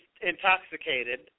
intoxicated